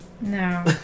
No